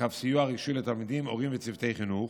קו סיוע רגשי לתלמידים, הורים וצוותי חינוך,